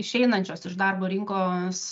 išeinančios iš darbo rinkos